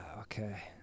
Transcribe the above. okay